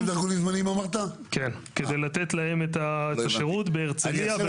כדי לתת להם את השירות בהרצליה,